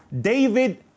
David